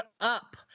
up